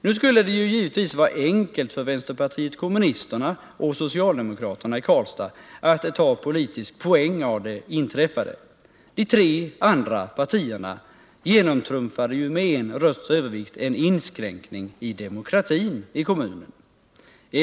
Nu skulle det givetvis vara enkelt för vänsterpartiet kommunisterna och socialdemokraterna i Karlstad att ta politisk poäng av det inträffade. De tre andra partierna genomtrumfade med en rösts övervikt en inskränkning i demokratin i kommunen.